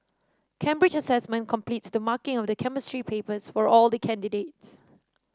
Cambridge Assessment completes the marking of the Chemistry papers for all the candidates